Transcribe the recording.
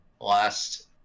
last